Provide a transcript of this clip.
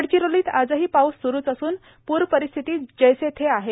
गडचिरोलीत आजही पाऊस सुरुच असून पूर परिस्थिती जैसे थे आहे